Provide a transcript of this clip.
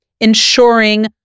ensuring